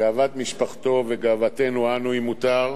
גאוות משפחתו וגאוותנו אנו, אם מותר,